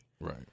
Right